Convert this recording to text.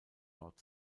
dort